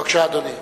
בבקשה, אדוני.